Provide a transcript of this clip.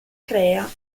crea